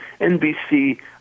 NBC